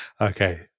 Okay